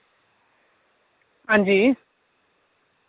हांजी